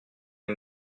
les